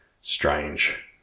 strange